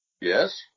Yes